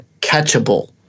catchable